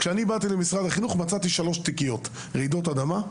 כאשר באתי למשרד החינוך מצאתי שלוש תיקיות: רעידות אדמה,